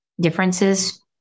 differences